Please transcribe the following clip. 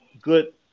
good